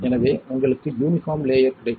எனவே உங்களுக்கு uniform layer கிடைக்கும்